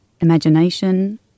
imagination